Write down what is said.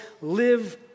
Live